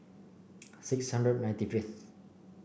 six hundred ninety fifth